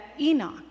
Enoch